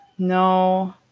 No